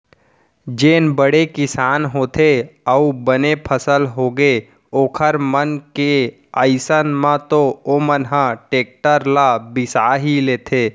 जेन बड़े किसान होथे अउ बने फसल होगे ओखर मन के अइसन म तो ओमन ह टेक्टर ल बिसा ही लेथे